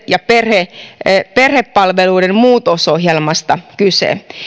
ja perhepalveluiden muutosohjelmasta kyse